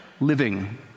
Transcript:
living